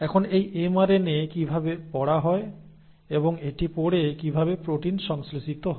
এখন এই এমআরএনএ কিভাবে পড়া হয় এবং এটি পড়ে কিভাবে প্রোটিন সংশ্লেষিত হয়